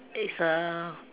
is a